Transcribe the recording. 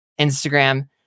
Instagram